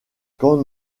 quand